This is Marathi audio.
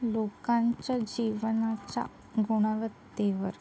लोकांच्या जीवनाच्या गुणवत्तेवर